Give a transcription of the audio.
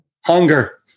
Hunger